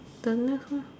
the next one